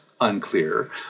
unclear